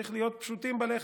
צריך להיות פשוטים בלחם.